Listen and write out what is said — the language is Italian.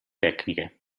tecniche